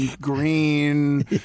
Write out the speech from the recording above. green